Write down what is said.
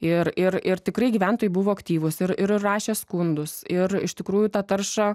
ir ir ir tikrai gyventojai buvo aktyvūs ir ir rašė skundus ir iš tikrųjų tą taršą